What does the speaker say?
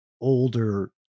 older